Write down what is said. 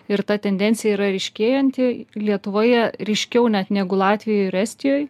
ir ta tendencija yra ryškėjanti lietuvoje ryškiau net negu latvijoj ir estijoj